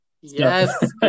Yes